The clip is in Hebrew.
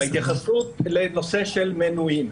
ההתייחסות לנושא של מנויים.